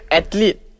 athlete